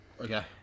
Okay